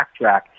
backtrack